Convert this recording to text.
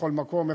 בכל מקום.